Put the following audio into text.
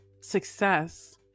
success